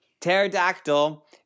pterodactyl